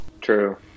True